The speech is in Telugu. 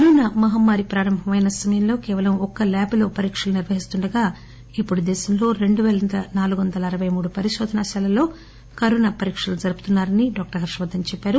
కరోనా మహమ్మారి ప్రారంభమైన సమయంలో కేవలం ఒక్క ల్యాబ్లో పరీక్షలు నిర్వహిస్తుండగా ఇప్పుడు దేశంలో రెండు పేల నాలుగొందల అరపై మూడు పరిశోధనాశాలల్లో కరోనా పరీక్షలు జరుపుతున్నారని డాక్టర్ హర్షవర్దన్ చెప్పారు